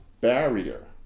barrier